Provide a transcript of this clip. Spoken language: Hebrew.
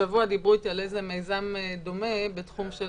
השבוע דיברו איתי על מיזם דומה בתחום של